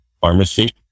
pharmacy